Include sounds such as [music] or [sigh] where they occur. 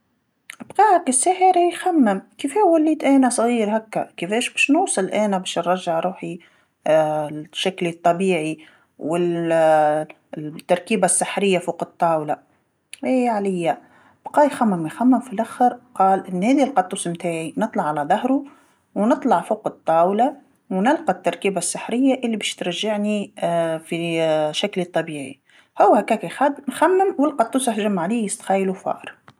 بقى هاكا الساحر يخمم، كيفاه وليت أنا صغير هاكا كيفاش باش نوصل أنا باش نرجع روحي [hesitation] لشكلي الطبيعي وال- [hesitation] التركيبه السحريه فوق الطاوله، ايه عليا، بقي يخمم ويخمم فاللخر قال أنا هاذ القطوس متاعي نطلع على ظهرو ونطلع فوق الطاولة ونلقى التركيبه السحريه اللي باش ترجعني [hesitation] في [hesitation] شكلي الطبيعي، هو هاكا يخمم والقطوس يهجم عليه يسخايلو فار.